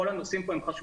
כל הנושאים פה הם חשובים,